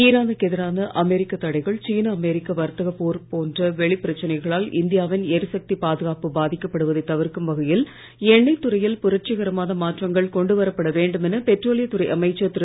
ஈரானுக்கு எதிரான அமெரிக்கத் தடைகள் சீன அமெரிக்க வர்த்தகப் போர் போன்ற வெளிப் பிரச்சனைகளால் இந்தியாவின் எரிசக்தி பாதுகாப்பு பாதிக்கப்படுவதை தவிர்க்கும் வகையில் எண்ணெய் துறையில் புரட்சிகரமான மாற்றங்கள் கொண்டு வரப்பட வேண்டும் என பெட்ரோலியத் துறை அமைச்சர் திரு